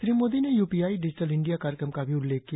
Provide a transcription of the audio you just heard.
श्री मोदी ने UPI digital India कार्यक्रम का भी उल्लेख किया